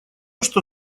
что